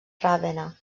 ravenna